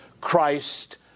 Christ